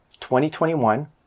2021